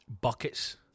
buckets